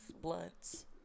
blunts